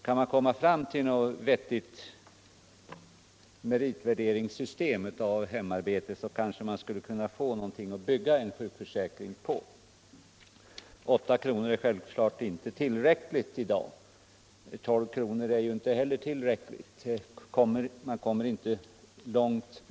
Kan man komma fram till ett vettigt meritvärderingssystem för hemarbetet, kanske man skulle kunna få något att bygga en sjukförsäkring på. En ersättning på 8 kr. är självklart inte tillräckligt i dag. 12 kr. kommer man inte heller långt med.